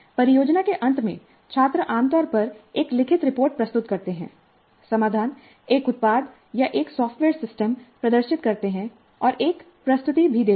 परियोजना के अंत में छात्र आमतौर पर एक लिखित रिपोर्ट प्रस्तुत करते हैं समाधान एक उत्पाद या एक सॉफ्टवेयर सिस्टम प्रदर्शित करते हैं और एक प्रस्तुति भी देते हैं